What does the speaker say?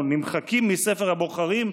או נמחקים מספר הבוחרים,